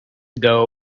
ago